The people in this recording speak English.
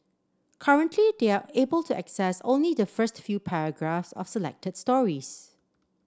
currently they are able to access only the first few paragraphs of selected stories